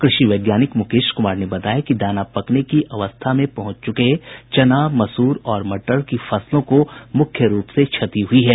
कृषि वैज्ञानिक मुकेश कुमार ने बताया कि दाना पकने की अवस्था में पहुंच चुके चना मसूर और मटर की फसलों को मुख्य रूप से क्षति हुयी है